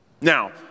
Now